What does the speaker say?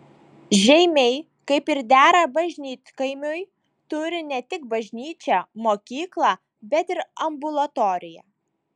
žeimiai kaip ir dera bažnytkaimiui turi ne tik bažnyčią mokyklą bet ir ambulatoriją